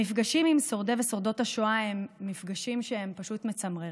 המפגשים עם שורדי ושורדות השואה הם מפגשים שהם פשוט מצמררים,